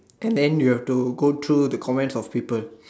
and then you have to go through the comments of people